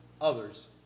others